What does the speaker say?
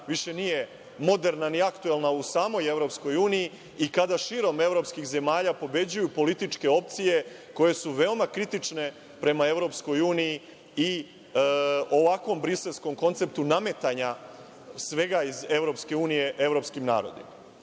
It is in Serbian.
više nije moderna, ni aktuelna u samoj EU i kada širom evropskih zemalja pobeđuju političke opcije koje su veoma kritične prema EU i ovakvom briselskom konceptu nametanja svega iz EU evropskim narodima.